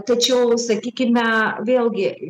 tačiau sakykime vėlgi